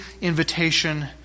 invitation